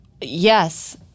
Yes